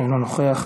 אינו נוכח,